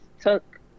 took